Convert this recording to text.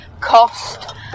cost